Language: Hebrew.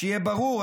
שיהיה ברור,